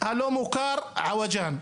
הלא מוכר עווג'אן,